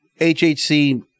HHC